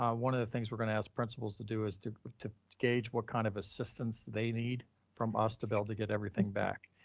ah one of the things we're gonna ask principals to do is to to gauge what kind of assistance they need from us to bell to get everything back.